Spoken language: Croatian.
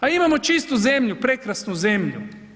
A imamo čistu zemlju, prekrasnu zemlju.